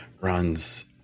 runs